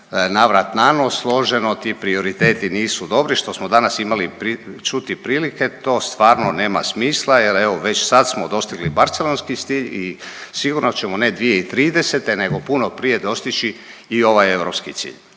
navrat na nos složeno, ti prioriteti nisu dobri što smo danas imali čuti prilike to stvarno nema smisla jer evo već sad smo dostigli barcelonski sil i sigurno ćemo ne 2030. nego puno prije dostići i ovaj europski cilj,